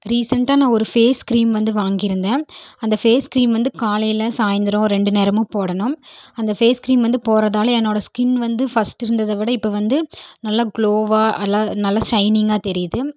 ரீசென்டாக நான் ஒரு face cream வந்து நான் வாங்கியிருந்தேன் அந்த ஃபேஸ் க்ரீம் வந்து காலையில் சாய்ந்திரம் ரெண்டு நேரமும் போடணும் அந்த ஃபேஸ் க்ரீம் வந்து போடுகிறதால என்னோடய ஸ்கின் வந்து ஃபஸ்ட்டு இருந்ததை விட இப்போ வந்து நல்லா க்ளோவாக நல்லா நல்லா ஷைனிங்காக தெரியுது